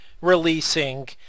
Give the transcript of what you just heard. releasing